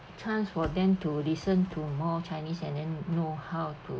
chance for them to listen to more chinese and then know how to